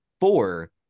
four